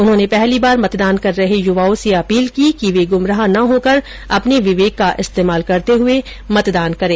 उन्होंने पहली बार मतदान कर रहे युवाओं से अपील की कि वे गुमराह न होकर अपने विवेक का इस्तेमाल करते हुए मतदान करें